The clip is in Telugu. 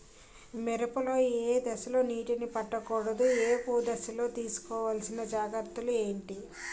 మిరప లో ఏ దశలో నీటినీ పట్టకూడదు? ఏపు దశలో తీసుకోవాల్సిన జాగ్రత్తలు ఏంటి?